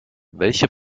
welche